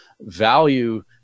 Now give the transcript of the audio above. value